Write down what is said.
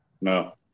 No